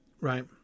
right